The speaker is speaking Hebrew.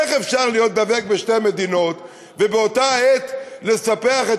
איך אפשר להיות דבק בשתי מדינות ובאותה העת לספח את